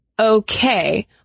Okay